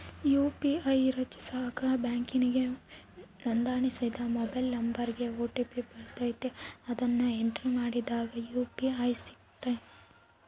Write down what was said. UPI ರಚಿಸಾಕ ಬ್ಯಾಂಕಿಗೆ ನೋಂದಣಿಸಿದ ಮೊಬೈಲ್ ನಂಬರಿಗೆ ಓ.ಟಿ.ಪಿ ಬರ್ತತೆ, ಅದುನ್ನ ಎಂಟ್ರಿ ಮಾಡಿದಾಗ ಯು.ಪಿ.ಐ ಸಿಗ್ತತೆ